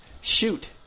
Shoot